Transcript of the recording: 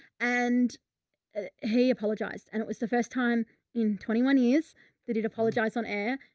and he apologized, and it was the first time in twenty one years that he'd apologize on air,